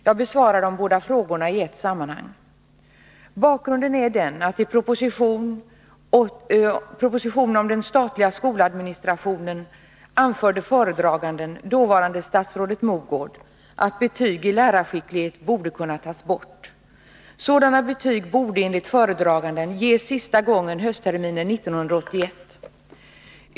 Jag besvarar de båda frågorna i ett sammanhang. Bakgrunden är den att i propositionen 1980/81:107 om den statliga skoladministrationen m.m. anförde föredraganden, dåvarande statsrådet Mogård, att betyg i lärarskicklighet borde kunna tas bort. Sådana betyg borde, enligt föredraganden, ges sista gången höstterminen 1981.